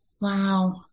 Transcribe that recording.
wow